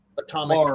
atomic